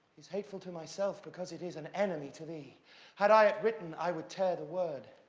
is hateful to myself, because it is an enemy to thee had i it written, i would tear the word.